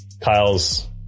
Kyle's